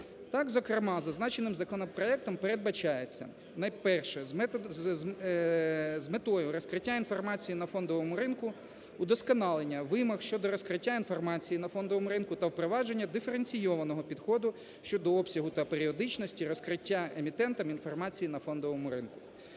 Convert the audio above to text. Так, зокрема, зазначеним законопроектом передбачається: перше – з метою розкриття інформації на фондовому ринку удосконалення вимог щодо розкриття інформації на фондовому ринку та впровадження диференційованого підходу щодо обсягу та періодичності розкриття емітентам інформації на фондовому ринку.